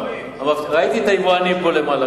ראיתי את היבואנים פה למעלה,